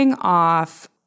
off